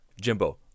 Jimbo